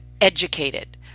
educated